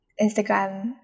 Instagram